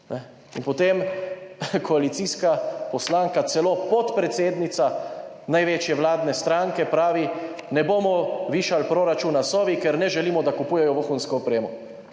In potem koalicijska poslanka, celo podpredsednica največje vladne stranke pravi: »Ne bomo višali proračuna Sovi, ker ne želimo, da kupujejo vohunsko opremo.«